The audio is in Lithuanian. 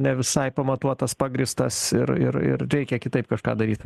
ne visai pamatuotas pagrįstas ir ir ir reikia kitaip kažką daryt